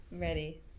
Ready